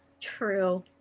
True